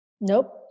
Nope